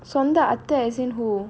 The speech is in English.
சொந்த அத்த:sondha antha as in who